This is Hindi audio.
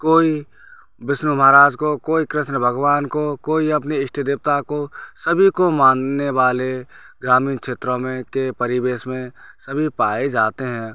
कोई बिस्नु महाराज को कोई कृस्न भगवान को कोई अपने इष्ट देवता को सभी को मानने वाले ग्रामीण क्षेत्रों में के परिवेश में सभी पाए जाते हैं